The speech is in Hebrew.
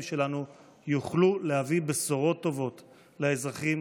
שלנו יוכלו להביא בשורות טובות לאזרחים